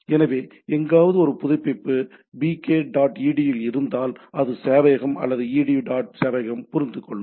எனவே எங்காவது ஒரு புதுப்பிப்பு bk dot edu ல் இருந்தால் அது சேவையகம் அல்லது edu dot சேவையகம் புரிந்துகொள்ளும்